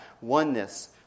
oneness